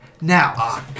Now